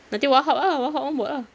nanti wahab ah wahab on board ah